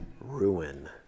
ruin